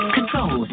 Control